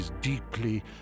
deeply